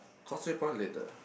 Causeway Point later